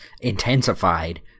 intensified